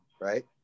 Right